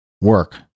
work